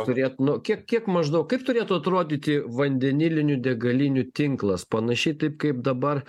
turėt nu kiek kiek maždaug kaip turėtų atrodyti vandenilinių degalinių tinklas panašiai taip kaip dabar